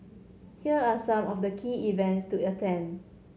here are some of the key events to attend